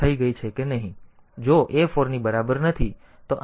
તેથી જો a 4 ની બરાબર નથી તો આપણે આ લૂપ પર પાછા જઈએ છીએ